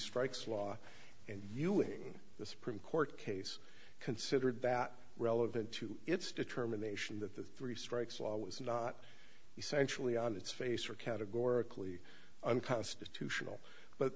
strikes law and viewing the supreme court case considered that relevant to its determination that the three strikes law was not essentially on its face or categorically unconstitutional but